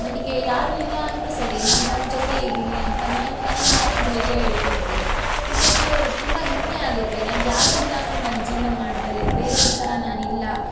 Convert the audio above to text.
ನನಗೆ ಯಾರೂ ಇಲ್ಲ ಅಂದರು ಸರಿ ನಾನು ನನ್ನ ಜೊತೆ ಇದ್ದೀನಿ ಅಂತ ನಾನು ನನಿಗೆ ನಾನೇ ಧೈರ್ಯ ಹೇಳ್ಕೋತೀನಿ ಇದು ನನಗೆ ವ ತುಂಬ ಹೆಮ್ಮೆ ಆಗುತ್ತೆ ನನ್ಗೆ ಯಾರು ಇಲ್ಲ ಅಂದರೂ ನಾನು ಜೀವನ ಮಾಡಬಲ್ಲೆ ಬೇರೆಯವ್ರ ಥರ ನಾನಿಲ್ಲ